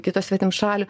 kitos svetimšalių